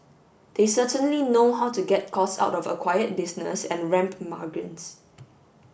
they certainly know how to get costs out of acquired business and ramp margins